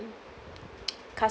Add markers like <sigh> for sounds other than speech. <noise> customer